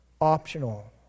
optional